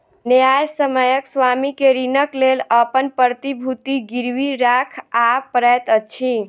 न्यायसम्यक स्वामी के ऋणक लेल अपन प्रतिभूति गिरवी राखअ पड़ैत अछि